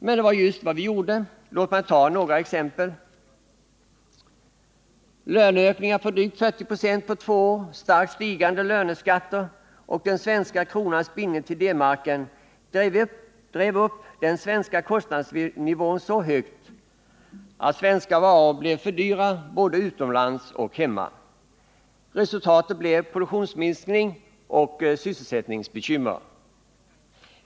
Men det var just vad vi gjorde. Låt mig ta några exempel. Löneökningar på drygt 40 96 på två år, starkt stigande löneskatter och den svenska kronans bindning till D-marken drev upp den svenska kostnadsnivån så högt att svenska varor blev för dyra både utomlands och hemma. Resultatet blev produktionsminskning och sysselsättningsbekymmer.